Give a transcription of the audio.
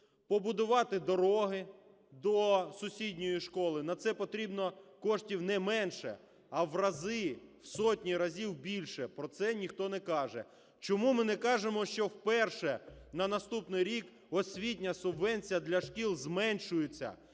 побудувати дороги до сусідньої школи. На це потрібно коштів не менше, а в рази, в сотні разів більше. Про це ніхто не каже. Чому ми не кажемо, що вперше на наступний рік освітня субвенція для шкіл зменшується.